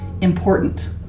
important